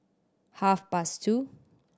half past two